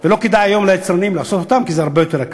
ולא כדאי היום ליצרנים לעשות אותן כי זה הרבה יותר יקר.